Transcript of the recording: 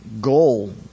goal